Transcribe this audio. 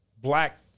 black